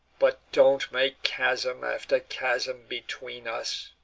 but don't make chasm after chasm between us.